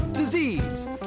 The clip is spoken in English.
Disease